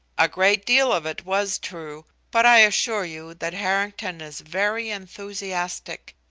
a great deal of it was true, but i assure you that harrington is very enthusiastic.